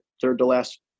third-to-last